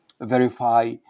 verify